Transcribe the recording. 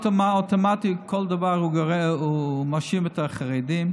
באופן אוטומטי בכל דבר הוא מאשים את החרדים,